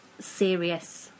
serious